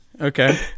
Okay